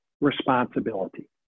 responsibility